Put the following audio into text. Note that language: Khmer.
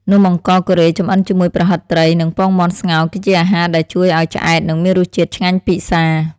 នំអង្ករកូរ៉េចម្អិនជាមួយប្រហិតត្រីនិងពងមាន់ស្ងោរគឺជាអាហារដែលជួយឱ្យឆ្អែតនិងមានរសជាតិឆ្ងាញ់ពិសារ។